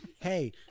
Hey